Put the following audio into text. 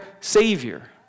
Savior